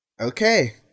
Okay